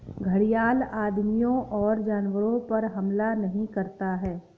घड़ियाल आदमियों और जानवरों पर हमला नहीं करता है